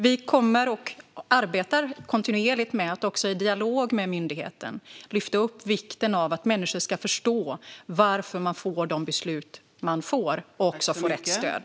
Vi arbetar kontinuerligt med att i dialog med myndigheten lyfta upp vikten av att människor ska förstå varför man får de beslut man får och med att de ska få rätt stöd.